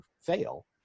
fail